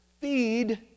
feed